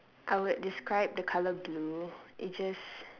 I would describe the color blue it just